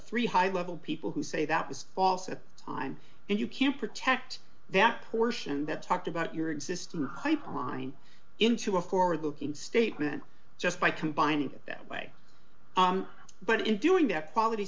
three high level people who say that was false at the time and you can't protect that portion that talked about your existing hype line into a forward looking statement just by combining that way but in doing that quality